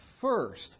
first